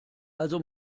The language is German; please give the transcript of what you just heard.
also